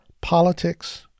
politics